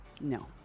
no